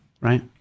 right